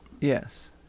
Yes